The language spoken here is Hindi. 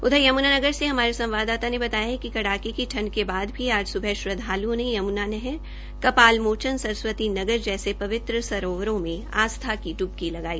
उधर यम्नानगर से हमारे संवाददाता ने बताया कि कड़ाके की ठंड के बाद भी आज स्बह श्रद्वाल्ओं ने यम्नानगर कपाल मोचन सरस्वती नगर जैसे पवित्र सरोवरों में आस्था की ड्बकी लगाई